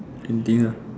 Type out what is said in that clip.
anything ah